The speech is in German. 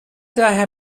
daher